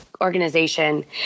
organization